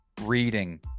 reading